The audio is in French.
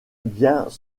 biens